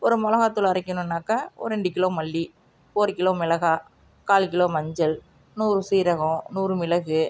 ஒரு மிளகாத்தூள் அரைக்கணும்னாக்கா ஒரு ரெண்டு கிலோ மல்லி ஒரு கிலோ மிளகாய் கால் கிலோ மஞ்சள் நூறு சீரகம் நூறு மிளகு